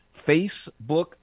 facebook